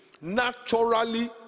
Naturally